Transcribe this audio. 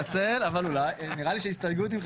גנבת לנו את ההסתייגות.